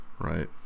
Right